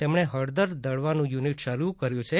તેમણે હળદર દળવાનું યુનિટ શરૂ કર્યું છે